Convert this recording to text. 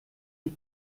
die